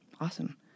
Awesome